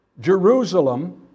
Jerusalem